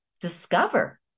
discover